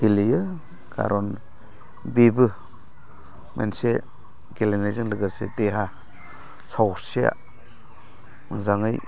गेलेयो खारन बेबो मेनसे गेलेनायजों लोगोसे देहा सावस्रिया मोजाङै